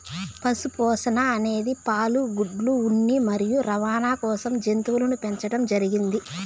పశు పోషణ అనేది పాలు, గుడ్లు, ఉన్ని మరియు రవాణ కోసం జంతువులను పెంచండం జరిగింది